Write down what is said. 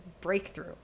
breakthrough